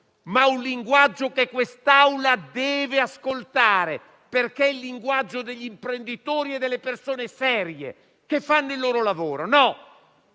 un linguaggio duro, ma che quest'Assemblea deve ascoltare, perché è il linguaggio degli imprenditori e delle persone serie che fanno il loro lavoro.